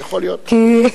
כי,